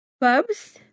Bubs